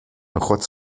rotz